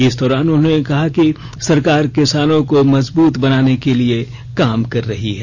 इस दौरान उन्होंने कहा कि सरकार किसानों को मजबूत बनाने के लिए काम कर रही है